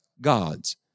God's